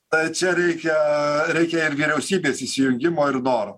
tai čia reikia reikia ir vyriausybės įsijungimo ir noro